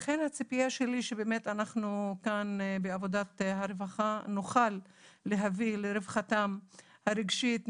לכן הציפייה שלי שאנחנו כאן בעבודה ורווחה נוכל להביא לרווחתם הרגשית,